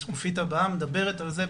השקופית הבאה מדברת על זה,